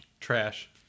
trash